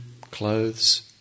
clothes